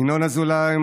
ינון אזולאי,